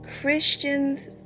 Christians